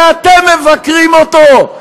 ואתם מבקרים אותו,